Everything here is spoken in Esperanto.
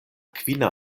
kvina